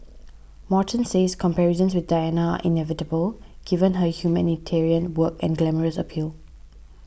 Morton says comparisons with Diana inevitable given her humanitarian work and glamorous appeal